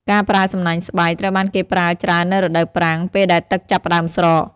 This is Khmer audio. ការប្រើសំណាញ់ស្បៃ ត្រូវបានគេប្រើច្រើននៅរដូវប្រាំង ពេលដែលទឹកចាប់ផ្ដើមស្រក។